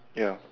ya